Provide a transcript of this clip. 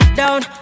down